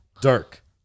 Dirk